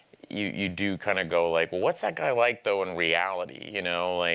you you do kind of go, like, well, what's that guy like, though, in reality, you know? like